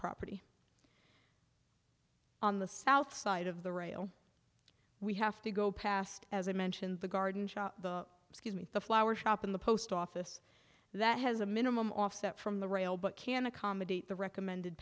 property on the south side of the rail we have to go past as i mentioned the garden excuse me the flower shop in the post office that has a minimum offset from the rail but can accommodate the recommended